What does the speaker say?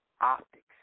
Optics